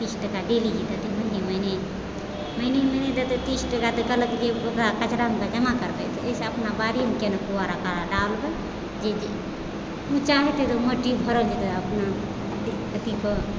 तीस टका डेली लिखल छै महिने महिने महिने महिने देतय तीस टाका तऽ कहलकइजे ओकरा कचरा जमा करबय तऽ ओहिसँ बढिआँ अपना बारिमे कुरा फुरा डालि देतय ओ चाहय छै जे मट्टी भरल रहय अपना